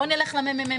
בואו נלך לממ"מ.